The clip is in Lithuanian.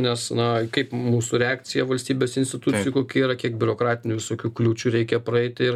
nes na kaip mūsų reakcija valstybės institucijų yra kokia yra kiek biurokratinių visokių kliūčių reikia praeiti